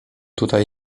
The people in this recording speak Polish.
tutaj